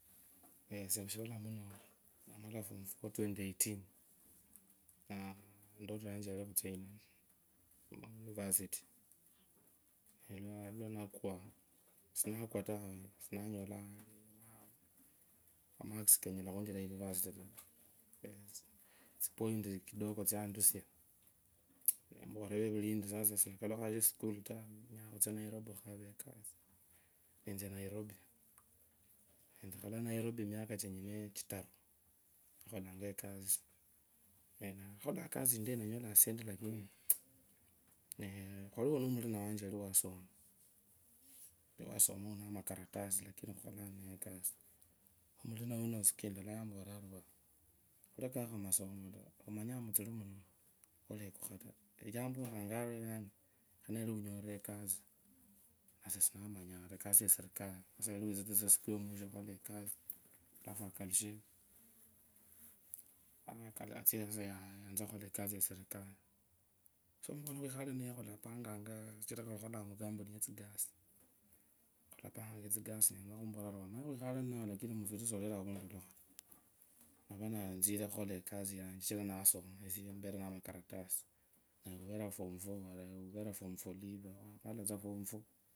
Esie mushivala mune namala form four twenty eighteen naa ndoto yanie yari khutsia university isinakwaa taa sinanyola amakasi kanyala khunjira university taa tsipoim kidogo tsindusia nemborera avevuri endi sasa sindakalushaa shesukula taa nenya khutsia nairobi khukhavaa ekasi netsia nairobi miaka chenyenee ori shitaru nakhakholanga ekasi nanyola tsisendi lakini khwaluwo noo murino wanjee yari wasoma, wamakaratasi lakini khukholaa ninaye ekasi siku indala yomporera uri waaa khurakakho masomo taa somanyanga mutsuli taa khane yali unyorire ekasi ya serekali nasie sinamanyanga taa khanee yari witsire tsaa lisuuku yomwisho khukhola ekasi alafu akalushee yanzee ekasi ya serikali khwali khwikhale ninaye khulapangaaa khwakholangaa mukampuni mwetsigas khwikhalee ninawe lakini mutsuli solandolaa taa navaa nitsie khukhola ekasi yanje sichire ndasoma nsie nivere namakaratasi nawe uveree form four leaver olaa form four.